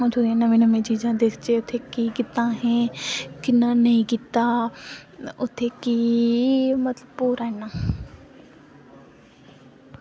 अं'ऊ उत्थें नमीं नमीं दस्सचै केह् कीता असें कि'यां नेईं कीता उत्थें की मतलब पूरा इन्ना